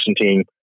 team